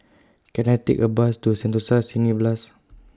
Can I Take A Bus to Sentosa Cineblast